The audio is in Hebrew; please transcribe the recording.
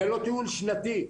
זה לא טיול שנתי.